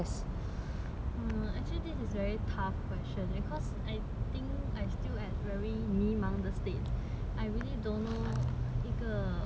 actually this is very tough question cause I think I'm still at very 迷茫的 state I really don't know 一个一个一个 way out of what